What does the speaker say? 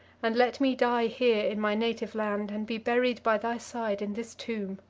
and let me die here in my native land, and be buried by thy side in this tomb.